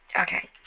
Okay